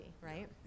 right